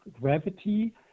gravity